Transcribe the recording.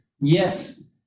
yes